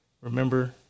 remember